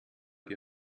die